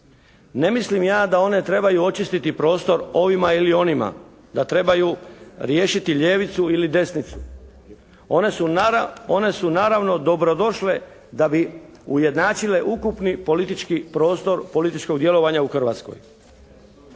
Ne mislim ja da one trebaju očistiti prostor ovima ili onima. Da trebaju riješiti ljevicu ili desnicu. One su naravno dobrodošle da bi ujednačile ukupni politički prostor, političkog djelovanja u Hrvatskoj.